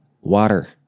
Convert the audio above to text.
water